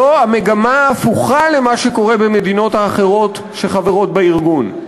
זאת מגמה הפוכה למה שקורה במדינות האחרות שחברות בארגון.